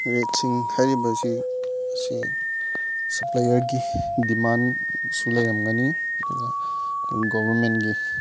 ꯔꯦꯠꯁꯤꯡ ꯍꯥꯏꯔꯤꯕꯁꯤ ꯑꯁꯤ ꯁꯞꯄ꯭ꯂꯥꯏꯌꯔꯒꯤ ꯗꯤꯃꯥꯟꯁꯨ ꯂꯩꯔꯝꯒꯅꯤ ꯑꯗꯨꯒ ꯒꯣꯕꯔꯃꯦꯟꯒꯤ